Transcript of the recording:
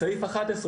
בסעיף 11,